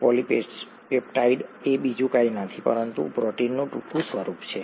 polypeptide એ બીજું કંઈ નથી પરંતુ પ્રોટીનનું ટૂંકા સ્વરૂપ છે